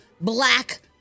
black